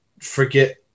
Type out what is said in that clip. forget